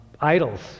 idols